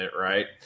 right